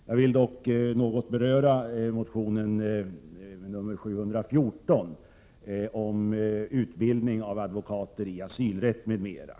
Jag vill dock något beröra motionen Ju714, om utbildning av advokater i asylrätt m.m.